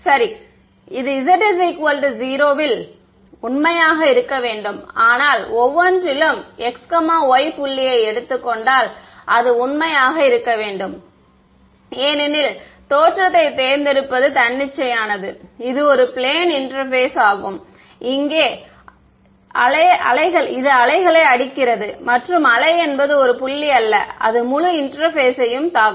மாணவர் எனவே சரி இது z 0 இல் உண்மையாக இருக்க வேண்டும் ஆனால் ஒவ்வொன்றிலும் x y புள்ளியை எடுத்துக் கொண்டால் அது உண்மையாக இருக்க வேண்டும் ஏனெனில் தோற்றத்தைத் தேர்ந்தெடுப்பது தன்னிச்சையானது இது ஒரு பிளேன் இன்டெர்பேஸ் ஆகும் இங்கே இது வேவ்களை அடிக்கிறது மற்றும் வேவ் என்பது ஒரு புள்ளி அல்ல அது முழு இன்டெர்பேஸையும் தாக்கும்